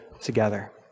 together